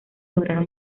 lograron